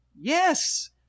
Yes